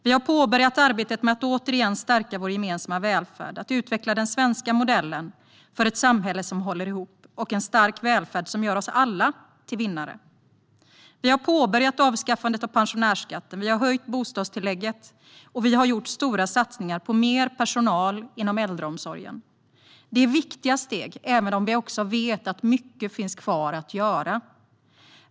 Vi har påbörjat arbetet med att återigen stärka vår gemensamma välfärd och utveckla den svenska modellen för ett samhälle som håller ihop. För en stark välfärd gör oss alla till vinnare. Vi har påbörjat avskaffandet av pensionärsskatten, vi har höjt bostadstillägget och vi har gjort stora satsningar på mer personal inom äldreomsorgen. Det är viktiga steg, även om vi vet att mycket finns kvar att göra.